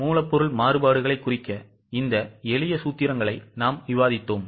மூலப்பொருள் மாறுபாடுகளை குறிக்க இந்த எளிய சூத்திரங்களை நாம் விவாதித்தோம்